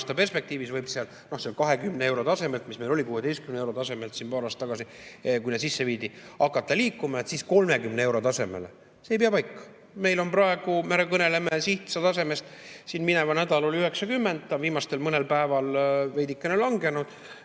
perspektiivis võib seal 20 euro tasemelt, mis meil oli, 16 euro tasemelt siin paar aastat tagasi, kui need sisse viidi, hakata liikuma 30 euro tasemele. See ei pea paika. Meil praegu, me kõneleme sihttasemest, siin mineval nädalal oli 90, mõnel viimasel päeval on see veidikene langenud.